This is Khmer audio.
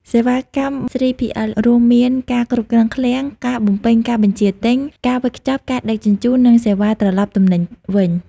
សេវាកម្ម 3PL រួមមានការគ្រប់គ្រងឃ្លាំង ការបំពេញការបញ្ជាទិញ ការវេចខ្ចប់ ការដឹកជញ្ជូន និងសេវាត្រឡប់ទំនិញវិញ ។